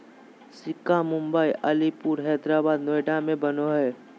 सिक्का मुम्बई, अलीपुर, हैदराबाद, नोएडा में बनो हइ